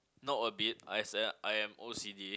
not a bit as in I am O_C_D